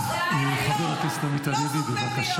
לא סותמים פיות.